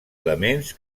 elements